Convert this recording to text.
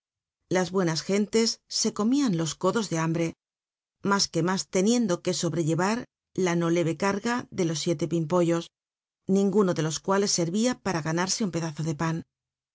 las buenas genles se comían los codos de hambre más que mas teniendo que sobrellevar la no leve c ll'ga de los siete pimpollo ninguno de los cuales servia para ganarse un pedazo de pan